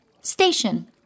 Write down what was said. Station